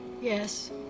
Yes